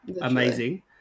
amazing